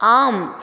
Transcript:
ஆம்